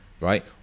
right